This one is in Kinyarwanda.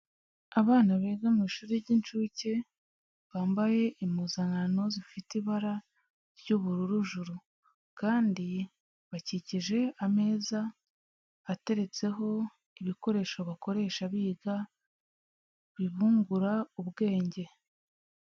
Abana biga mu ishuri ry'incuke, bambaye impuzankano zifite ibara ry'ubururu juru, kandi bakikije ameza ateretseho ibikoresho bakoresha biga, bibungura ubwenge.